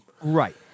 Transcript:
Right